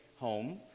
home